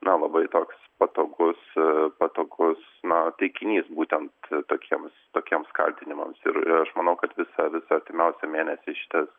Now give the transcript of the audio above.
na labai toks patogus patogus na taikinys būtent tokiems tokiems kaltinimams ir aš manau kad visą visą artimiausią mėnesį šitas